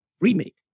remake